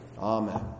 Amen